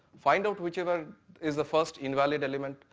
find out whichever is the first invalid element,